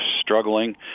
struggling